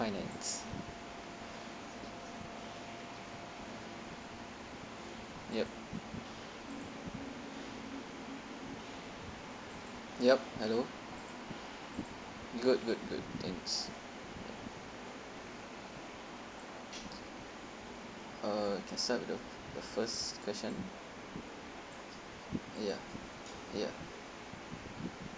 finance yup yup I do good good good thanks uh can start with the the first question ya ya